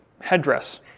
headdress